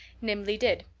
nimbly did,